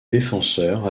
défenseur